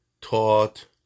taught